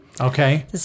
Okay